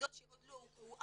שעוד לא הוכרו,